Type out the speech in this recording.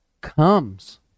comes